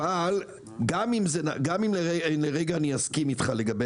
אבל גם אם לרגע אני אסכים אתך לגבי